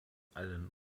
allen